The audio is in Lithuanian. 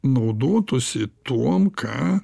naudotųsi tuom ką